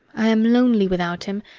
i am lonely without him,